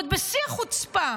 ועוד בשיא החוצפה,